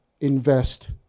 invest